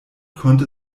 konnte